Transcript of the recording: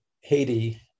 Haiti